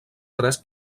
tres